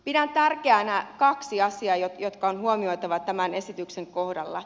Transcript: pidän tärkeänä kahta asiaa jotka on huomioitava tämän esityksen kohdalla